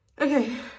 Okay